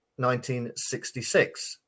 1966